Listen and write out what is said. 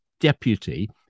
deputy